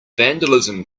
vandalism